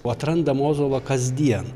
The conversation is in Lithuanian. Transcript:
o atrandam ozolą kasdien